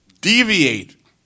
deviate